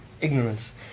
ignorance